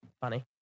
funny